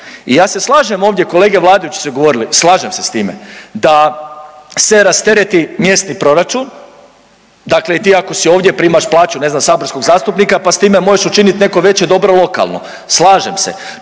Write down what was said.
i ja se slažem, ovdje kolege vladajući su govorili, slažem se s time da se rastereti mjesni proračun, dakle ti ako si ovdje i primaš plaću, ne znam saborskog zastupnika, pa s time možeš učinit neko veće dobro lokalno, slažem se.